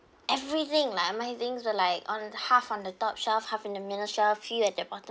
everything lah my things were like on half on the top shelf half in the middle shelf few at the bottom